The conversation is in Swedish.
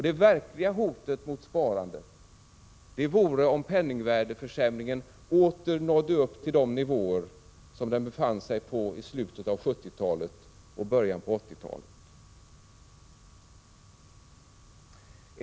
Det verkliga hotet mot sparandet vore om penningvärdeförsämringen åter nådde upp till de nivåer som den befann sig på i slutet av 70-talet och i början av 80-talet.